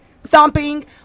thumping